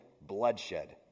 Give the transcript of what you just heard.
bloodshed